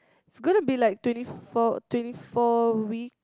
it's gonna be like twenty four twenty four week